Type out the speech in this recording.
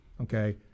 Okay